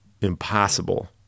impossible